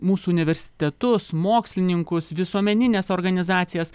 mūsų universitetus mokslininkus visuomenines organizacijas